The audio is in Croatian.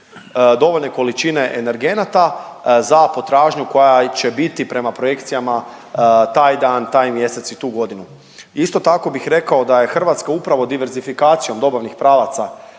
dovoljne količine energenata za potražnju koja će biti prema projekcijama taj dan, taj mjesec i tu godinu. Isto tako bih rekao da je Hrvatska upravo diversifikacijom dobavnih pravaca